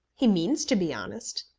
he means to be honest.